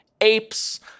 apes